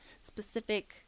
specific